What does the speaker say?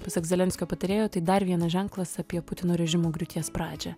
pasak zelenskio patarėjo tai dar vienas ženklas apie putino režimo griūties pradžią